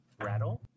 rattle